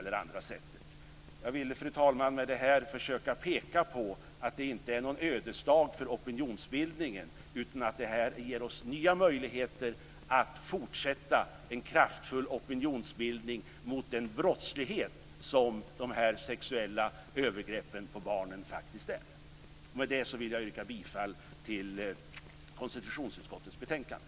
Med det anförda ville jag försöka att peka på att det inte är någon ödesdag för opinionsbildningen, utan att detta ger oss nya möjligheter att fortsätta att bilda en kraftfull opinion mot den brottslighet som sexuella övergrepp på barn faktiskt utgör. Jag yrkar bifall till hemställan i konstitutionsutskottets betänkande.